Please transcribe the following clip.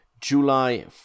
july